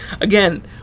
Again